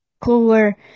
cooler